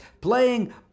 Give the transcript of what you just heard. playing